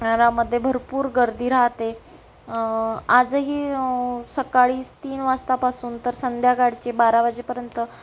घरामध्ये भरपूर गर्दी राहते आजही सकाळीच तीन वाजतापासून तर संध्याकाळचे बारा वाजेपर्यंत